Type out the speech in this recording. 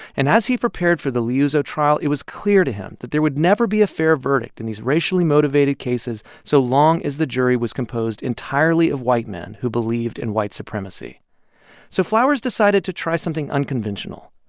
and as he prepared for the liuzzo trial, it was clear to him that there would never be a fair verdict in these racially motivated cases so long as the jury was composed entirely of white men who believed in white supremacy so flowers decided to try something unconventional.